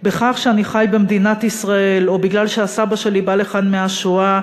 בכך שאני חי במדינת ישראל או כי הסבא שלי בא לכאן מהשואה,